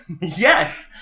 Yes